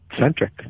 centric